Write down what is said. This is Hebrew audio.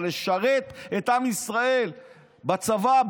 אבל לשרת את עם ישראל בצבא,